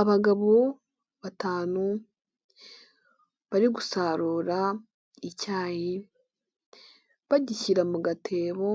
Abagabo batanu bari gusarura icyayi bagishyira mu gatebo